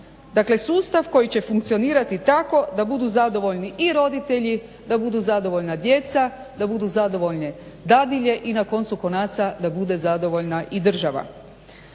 dakle sustav koji će funkcionirati tako da budu zadovoljni i roditelji da budu zadovoljna djeca, da budu zadovoljne dadilje i na koncu konaca da bude zadovoljna i država.